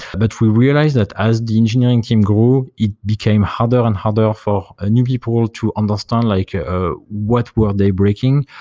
but we realized that as the engineering team grew, it became harder and harder for ah new people to understand like ah ah what were they breaking.